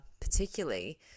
particularly